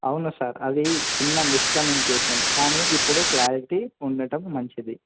అవును సార్ అది చిన్న మిస్కమ్యూనికేషన్ కానీ ఇప్పుడు క్లారిటీ ఉండటం మంచిది